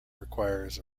requires